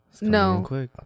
No